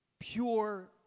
pure